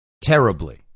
terribly